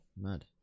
mad